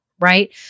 right